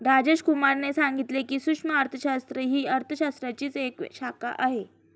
राजेश कुमार ने सांगितले की, सूक्ष्म अर्थशास्त्र ही अर्थशास्त्राचीच एक शाखा आहे